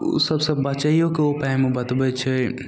ओहि सबसे बचैओके उपायमे बतबै छै